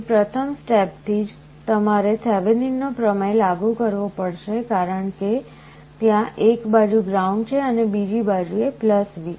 અહીં પ્રથમ સ્ટેપ થી જ તમારે થેવેનિનનો પ્રમેય લાગુ કરવો પડશે કારણ કે ત્યાં એક બાજુ ગ્રાઉન્ડ છે અને બીજી બાજુએ V